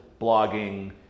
blogging